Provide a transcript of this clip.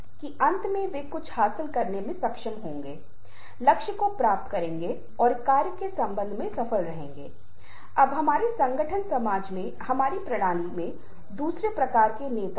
गुस्सा तड़प प्राकृतिक हैआप पाते हैं कि दांतों को पीसना गुस्सा ज़ाहिर करने का प्राइमरी तरीके हैं जो ज्यादातर जानवरों के साथ होता है और यह इंसानों के साथ भी होता है जब वे बहुत गुस्से में होते हैं